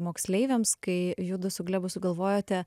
moksleiviams kai judu su glebu sugalvojote